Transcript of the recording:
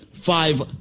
five